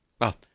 Well